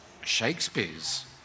Shakespeare's